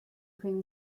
cream